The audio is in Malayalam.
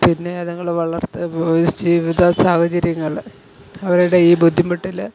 പിന്നെ അതുങ്ങള് വളർത്ത് സ് ജീവിത സാഹചര്യങ്ങള് അവരുടെ ഈ ബുദ്ധിമുട്ടില്